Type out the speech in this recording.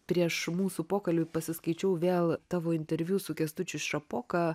prieš mūsų pokalbį pasiskaičiau vėl tavo interviu su kęstučiu šapoka